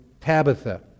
Tabitha